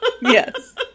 Yes